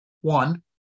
One